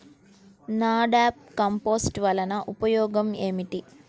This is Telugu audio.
నాడాప్ కంపోస్ట్ వలన ఉపయోగం ఏమిటి?